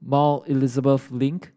Mount Elizabeth Link